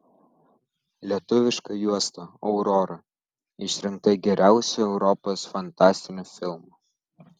lietuviška juosta aurora išrinkta geriausiu europos fantastiniu filmu